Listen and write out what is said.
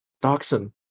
dachshund